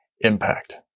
impact